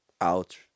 out